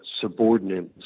subordinates